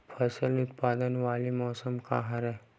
फसल उत्पादन वाले मौसम का हरे?